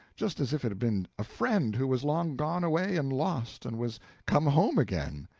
just as if it had been a friend who was long gone away and lost, and was come home again.